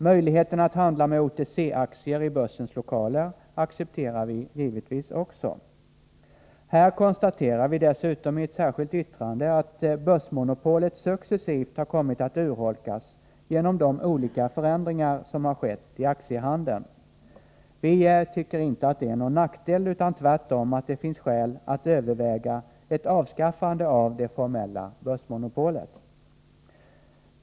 Möjligheten att handla med OTC-aktier i börsens lokaler accepterar vi givetvis också. Här konstaterar vi dessutom i ett särskilt yttrande att börsmonopolet successivt har kommit att urholkas genom de olika förändringar som har skett i aktiehandeln. Vi tycker inte att det är någon nackdel, utan tvärtom att det finns skäl att överväga ett avskaffande av det formella börsmonopolet.